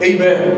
Amen